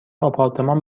آپارتمان